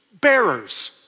bearers